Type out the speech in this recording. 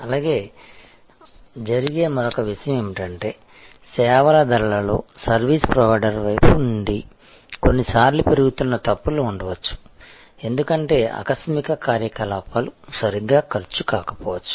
అలాగే జరిగే మరొక విషయం ఏమిటంటే సేవల ధరలలో సర్వీస్ ప్రొవైడర్ వైపు నుండి కొన్నిసార్లు పెరుగుతున్న తప్పులు ఉండవచ్చు ఎందుకంటే ఆకస్మిక కార్యకలాపాలు సరిగ్గా ఖర్చు కాకపోవచ్చు